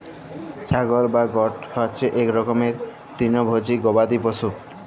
ছাগল বা গট হছে ইক রকমের তিরলভোজী গবাদি পশু